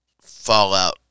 Fallout